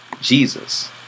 Jesus